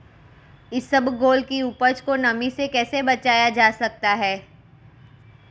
इसबगोल की उपज को नमी से कैसे बचाया जा सकता है?